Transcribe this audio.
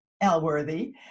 Elworthy